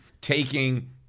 taking